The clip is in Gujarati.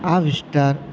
આ વિસ્તાર